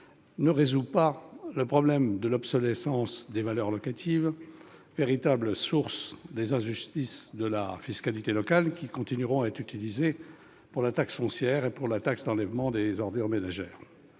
ne résout pas le problème de l'obsolescence des valeurs locatives, véritable source des injustices de la fiscalité locale, qui continueront à être utilisées pour la taxe foncière ou pour la taxe d'enlèvement des ordures ménagères.